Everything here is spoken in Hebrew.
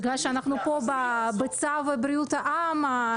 בגלל שאנחנו פה בצו לבריאות העם,